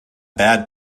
bad